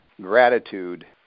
Gratitude